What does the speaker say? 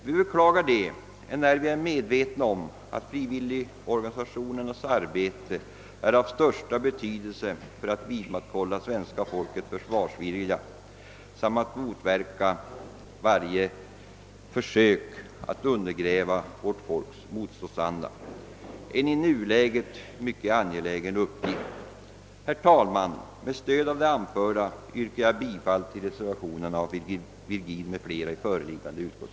Vi beklagar detta, enär vi är medvetna om att frivilligorganisationernas arbete är av största betydelse för att vidmakthålla svenska folkets försvarsvilja samt att motverka varje försök att undergräva vårt folks motståndsanda, en i nuläget mycket angelägen uppgift. Herr talman! Med stöd av det anförda yrkar jag bifall till reservationen av herr Virgin m.fl. i föreliggande punkt.